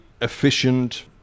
efficient